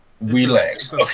Relax